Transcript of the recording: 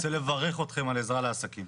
אני רוצה לברך אתכם על עזרה לעסקים.